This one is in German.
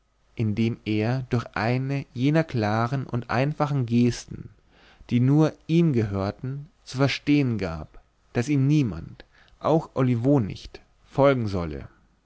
indem er durch eine jener klaren und einfachen gesten die nur ihm gehörten zu verstehen gab daß ihm niemand auch olivo nicht folgen solle